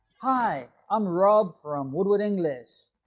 hi i'm rob from woodward english.